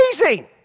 amazing